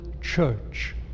church